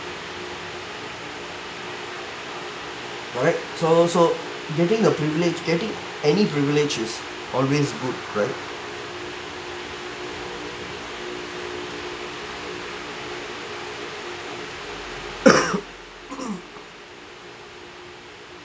correct so so getting a privilege getting any privilege is always good right